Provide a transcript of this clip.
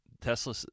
Tesla